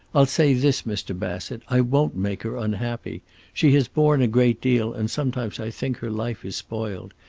i'll say this, mr. bassett. i won't make her unhappy. she has borne a great deal, and sometimes i think her life is spoiled.